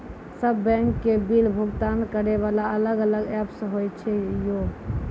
सब बैंक के बिल भुगतान करे वाला अलग अलग ऐप्स होय छै यो?